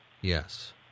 Yes